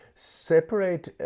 Separate